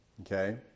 Okay